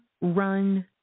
run